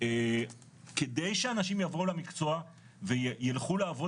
כדי שאנשים יבואו למקצוע וילכו לעבוד